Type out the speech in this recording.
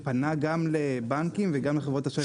אבל המכרז פנה גם לבנקים וגם לחברות אשראי.